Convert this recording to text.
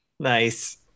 Nice